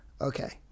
okay